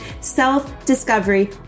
self-discovery